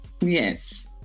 Yes